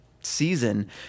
season